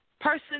person